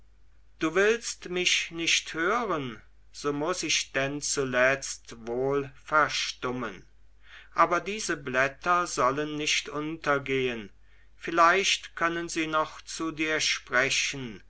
du willst mich nicht hören so muß ich denn zuletzt wohl verstummen aber diese blätter sollen nicht untergehen vielleicht können sie noch zu dir sprechen